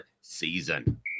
season